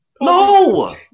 No